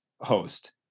host